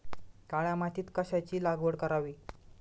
काळ्या मातीत कशाची लागवड करावी?